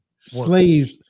Slaves